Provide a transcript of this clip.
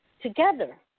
together